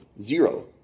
zero